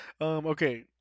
Okay